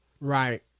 Right